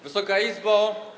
Wysoka Izbo!